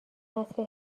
نسل